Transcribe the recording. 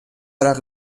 عرق